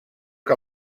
que